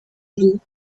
able